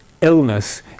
illness